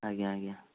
ଆଜ୍ଞା ଆଜ୍ଞା